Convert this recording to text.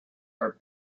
are